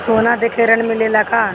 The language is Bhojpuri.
सोना देके ऋण मिलेला का?